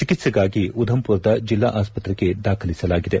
ಚಿಕಿತ್ಸೆಗಾಗಿ ಉಧಮ್ ಪುರದ ಜೆಲ್ಲಾ ಆಸ್ಪತ್ರೆಗೆ ದಾಖಲಿಸಲಾಗಿದೆ